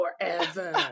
forever